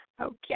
Okay